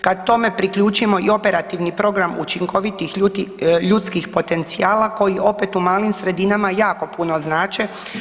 Kad tome priključimo i Operativni program učinkovitih ljudskih potencijala koji, opet, u malim sredinama jako puno znače.